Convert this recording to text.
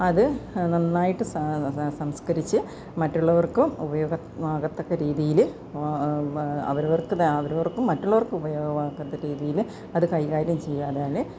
അത് നന്നായിട്ട് സംസ്ക്കരിച്ച് മറ്റുള്ളവർക്കും ഉപയോഗമാകത്തക്കരീതീയില് അവരവർക്ക് അവരവർക്കും മറ്റുള്ളവർക്കും ഉപയോഗമാകത്തക്ക രീതിയില് അത് കൈകാര്യം ചെയ്താല്